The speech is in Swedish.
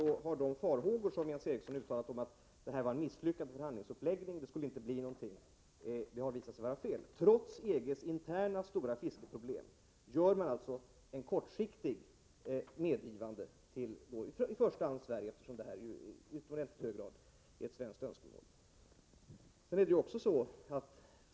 De farhågor som Jens Eriksson uttalade om att förhandlingsuppläggningen var misslyckad och att det inte skulle bli något resultat har glädjande nog visat sig vara felaktiga. Trots EG:s interna stora fiskeproblem lämnar man ett kortsiktigt medgivande till i första hand Sverige. Detta är ju i utomordentligt hög grad ett svenskt önskemål.